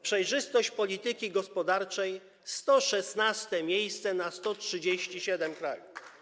Przejrzystość polityki gospodarczej: 116. miejsce na 137 krajów.